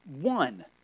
one